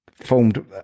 formed